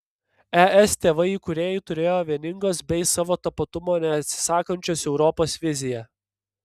es tėvai įkūrėjai turėjo vieningos bei savo tapatumo neatsisakančios europos viziją